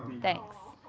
thanks.